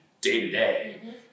day-to-day